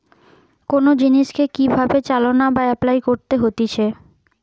কোন জিনিসকে কি ভাবে চালনা বা এপলাই করতে হতিছে